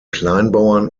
kleinbauern